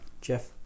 Jeff